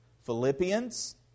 Philippians